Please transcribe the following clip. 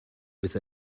with